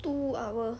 two hour